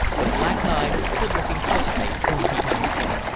the black-eyed, good-looking housemaid whom he had married.